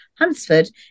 Huntsford